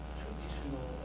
traditional